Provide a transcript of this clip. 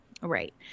Right